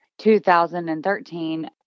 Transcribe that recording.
2013